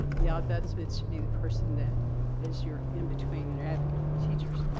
the ombudsman should be the person that is your in between, and your advocate for teachers.